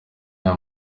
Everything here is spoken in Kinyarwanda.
aya